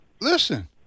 Listen